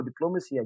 diplomacy